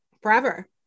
forever